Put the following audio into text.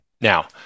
Now